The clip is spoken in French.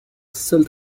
seul